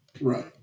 Right